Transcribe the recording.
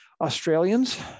Australians